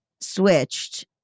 switched